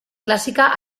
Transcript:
clásica